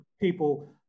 people